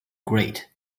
great